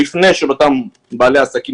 המפנה של אותם בעלי עסקים,